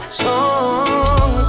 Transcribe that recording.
song